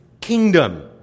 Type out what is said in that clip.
kingdom